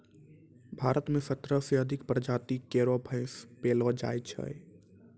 भारत म सत्रह सें अधिक प्रजाति केरो भैंस पैलो जाय छै